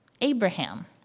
Abraham